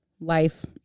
life